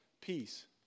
peace